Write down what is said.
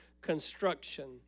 construction